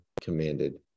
commanded